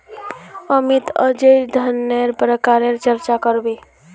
अमित अईज धनन्नेर प्रकारेर चर्चा कर बे